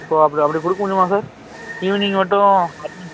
இப்போ அப்படி அப்படி கொடுக்க முடியுமா சார் ஈவினிங் மட்டும்